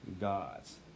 gods